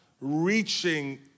reaching